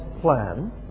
plan